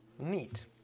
neat